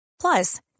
Plus